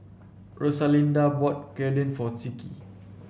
Rosalinda bought Gyudon for Zeke